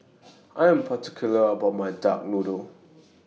I Am particular about My Duck Noodle